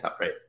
right